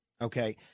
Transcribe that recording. Okay